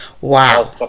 wow